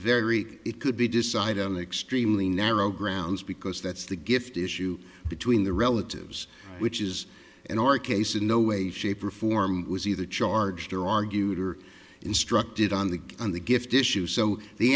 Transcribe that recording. very it could be decided on extremely narrow grounds because that's the gift issue between the relatives which is an aura case in no way shape or form was either charged or argued or instructed on the on the gift issue so the